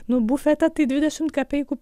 nu bufete tai dvidešimt kapeikų